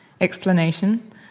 explanation